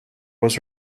was